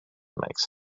makes